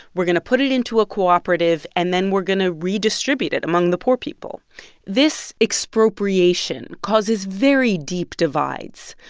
we're going to put it into a co-operative, and then we're going to redistribute it among the poor people this expropriation causes very deep divides.